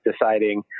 deciding